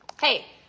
Hey